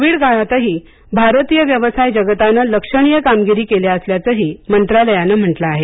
Covid काळातही भारतीय व्यवसाय जगताने लक्षणीय कामगिरी केली असल्याचंही मंत्रालयानं म्हटलं आहे